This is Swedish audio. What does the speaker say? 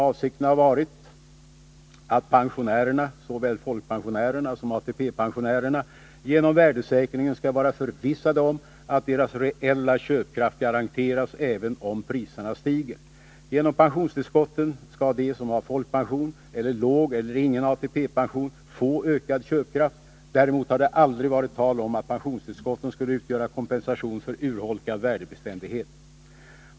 Avsikten har varit att pensionärerna — såväl folkpensionärerna som ATP-pensionärerna — genom värdesäkringen skall vara förvissade om att deras reella köpkraft garanteras även om priserna stiger. Genom pensionstillskotten skall de som har folkpension eller låg eller ingen ATP-pension få ökad köpkraft. Däremot har det aldrig varit tal om att pensionstillskotten skulle utgöra kompensation för en urholkad värdebeständighet.